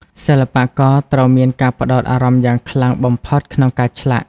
សិល្បករត្រូវមានការផ្តោតអារម្មណ៍យ៉ាងខ្លាំងបំផុតក្នុងការឆ្លាក់។